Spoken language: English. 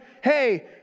hey